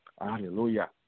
Hallelujah